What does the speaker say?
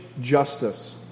justice